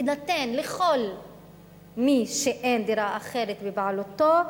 תינתן לכל מי שאין דירה אחרת בבעלותו,